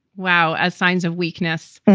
wow. as signs of weakness.